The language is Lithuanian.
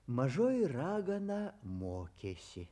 mažoji ragana mokėsi